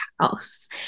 house